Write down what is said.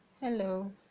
Hello